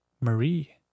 marie